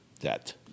debt